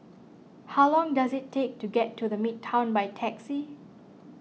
how long does it take to get to the Midtown by taxi